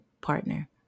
partner